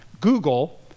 Google